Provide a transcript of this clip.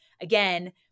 again